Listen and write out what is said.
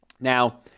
Now